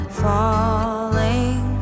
falling